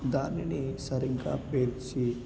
దానిని సరిగ్గా పేర్చి